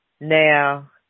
Now